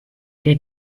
der